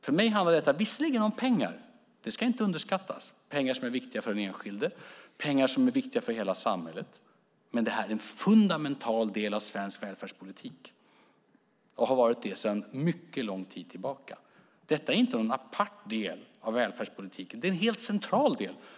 För mig handlar detta visserligen om pengar. Det ska inte underskattas. Detta är pengar som är viktiga för den enskilde och pengar som är viktiga för hela samhället. Men det här är en fundamental del av svensk välfärdspolitik, och har så varit sedan mycket lång tid tillbaka. Det är inte någon apart del av välfärdspolitiken. Det är en helt central del.